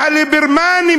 מהליברמנים,